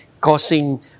causing